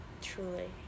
truly